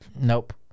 Nope